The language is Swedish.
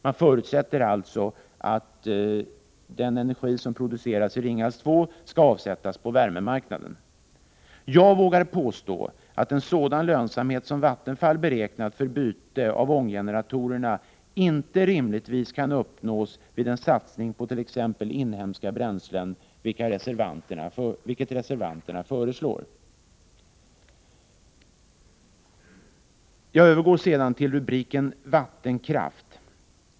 Man förutsätter alltså att den energi som produceras i Ringhals 2 skall avsättas på värmemarknaden. Jag vågar påstå att en sådan lönsamhet som den Vattenfall beräknat för byte av ånggeneratorerna inte rimligtvis kan uppnås vid en satsning på t.ex. inhemska bränslen, vilket reservanterna föreslår. Jag övergår sedan till rubriken vattenkraft.